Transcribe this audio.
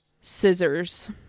scissors